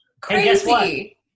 crazy